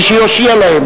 מי יושיע להם?